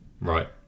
Right